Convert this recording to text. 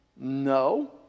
No